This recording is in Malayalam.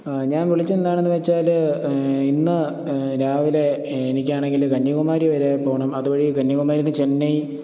ഞാൻ വിളിച്ചത് എന്താണെന്നു വെച്ചാല് ഇന്ന് രാവിലെ എനിക്കാണങ്കില് കന്യാകുമാരി വരെ പോകണം അതുവഴി കന്യാകുമാരിക്ക് ചെന്നൈ